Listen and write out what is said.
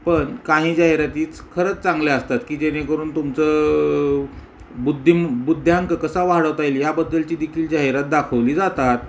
पण काही जाहिरातीच खरंच चांगल्या असतात की जेणेकरून तुमचं बुद्धिम बुद्ध्यांक कसा वाढवता येईल ह्याबद्दलची देखील जाहिरात दाखवली जातात